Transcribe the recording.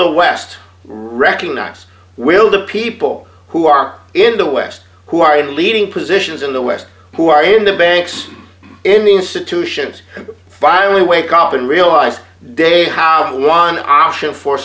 the west recognize will the people who are in the west who are the leading positions in the west who are in the banks in the institutions fire wake up and realize they have one option for